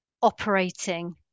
operating